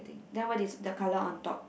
then what is the colour on top